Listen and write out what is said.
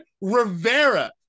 rivera